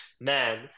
Man